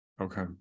Okay